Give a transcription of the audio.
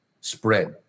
spread